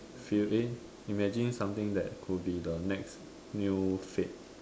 few eh imagine something that could be the next new fad